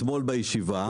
אתמול בישיבה,